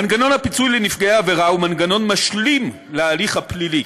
מנגנון הפיצוי לנפגעי עבירה הוא מנגנון משלים להליך הפלילי.